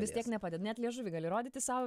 vis tiek nepaded net liežuvį gali rodyti sau